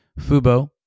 Fubo